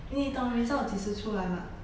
你懂 result 几时出来吗